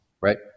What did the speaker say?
Right